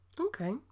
Okay